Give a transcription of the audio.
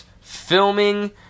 filming